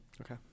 Okay